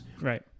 Right